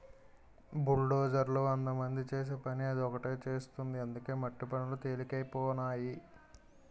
బుల్డోజర్లు వందమంది చేసే పనిని అది ఒకటే చేసేస్తుంది అందుకే మట్టి పనులు తెలికైపోనాయి